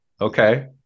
Okay